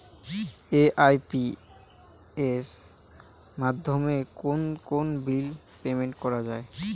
AEPS মাধ্যমে কোন কোন বিল পেমেন্ট করা যায়?